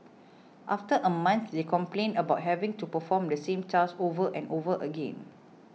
after a month they complained about having to perform the same task over and over again